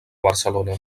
barcelona